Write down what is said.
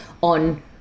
on